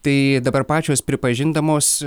tai dabar pačios pripažindamos